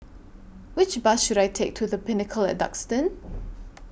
Which Bus should I Take to The Pinnacle Duxton